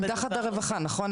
הם תחת הרווחה, נכון?